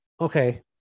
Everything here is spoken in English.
Okay